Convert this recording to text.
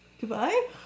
Goodbye